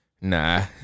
Nah